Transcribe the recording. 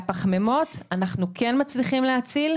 והחמימות, אנחנו כן מצליחים להציל.